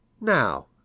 Now